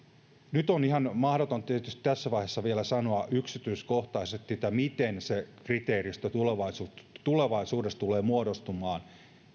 nyt on ihan mahdotonta tietysti vielä tässä vaiheessa sanoa yksityiskohtaisesti miten se kriteeristö tulevaisuudessa tulee muodostumaan